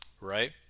right